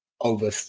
over